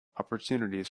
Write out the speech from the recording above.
opportunities